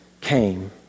came